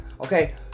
okay